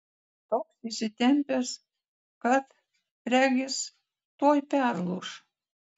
toks įsitempęs kad regis tuoj perlūš